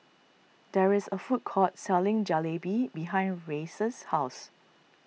there is a food court selling Jalebi behind Reyes' house